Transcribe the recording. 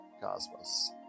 Cosmos